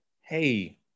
hey